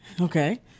Okay